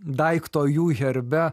daikto jų herbe